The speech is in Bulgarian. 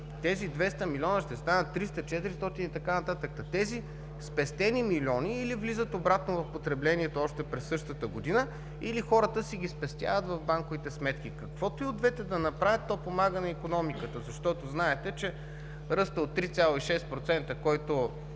тези 200 млн. лв. ще станат 300 – 400 млн. лв. и така нататък. Тези спестени милиони или влизат обратно в потреблението още същата година, или хората си ги спестяват в банковите сметки. Каквото и от двете да направят, то помага на икономиката. Знаете, че ръстът от 3,6%, който